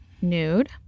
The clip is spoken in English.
nude